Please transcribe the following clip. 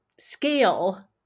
scale